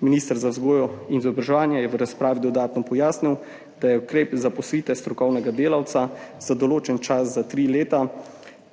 Minister za vzgojo in izobraževanje je v razpravi dodatno pojasnil, da je ukrep zaposlitve strokovnega delavca za določen čas za 3 leta